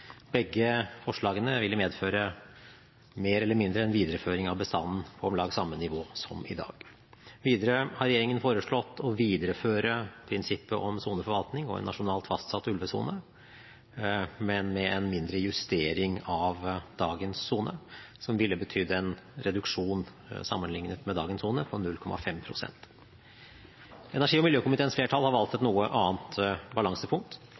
Begge forslagene vil medføre mer eller mindre en videreføring av bestanden på om lag samme nivå som i dag. Videre har regjeringen foreslått å videreføre prinsippet om soneforvaltning og en nasjonalt fastsatt ulvesone, men med en mindre justering av dagens sone, som ville betydd en reduksjon, sammenliknet med dagens sone, på 0,5 pst. Energi- og miljøkomiteens flertall har valgt et noe annet balansepunkt.